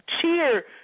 cheer